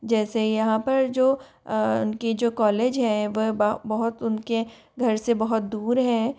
जैसे यहाँ पर जो उन के जो कॉलेज हैं वह बहुत उन के घर से बहुत दूर हैं